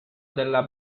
della